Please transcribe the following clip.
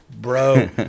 Bro